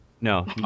No